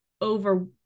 over